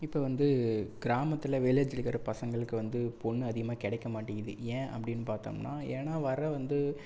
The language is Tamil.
இப்போ வந்து கிராமத்தில் வில்லேஜில் இருக்கிற பசங்களுக்கு வந்து பொண்ணு அதிகமாக கிடைக்க மாட்டேங்குது ஏன் அப்படின்னு பார்த்தோம்னா ஏன்னா வர்ற வந்து